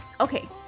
Okay